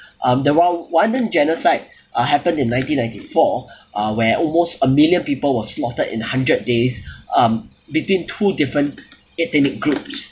um the rwandan genocide uh happened in nineteen ninety four uh where almost a million people were slaughtered in hundred days um between two different ethnic groups